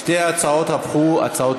שתי ההצעות הפכו הצעות